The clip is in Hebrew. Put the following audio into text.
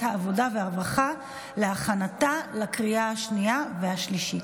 העבודה והרווחה להכנתה לקריאה השנייה והשלישית.